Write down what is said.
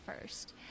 first